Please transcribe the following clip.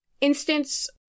instance